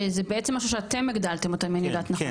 שזה בעצם משהו שאתם הגדלתם אותו אם אני יודעת נכון?